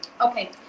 Okay